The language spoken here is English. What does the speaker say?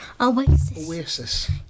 Oasis